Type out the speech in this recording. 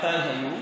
מתי היו?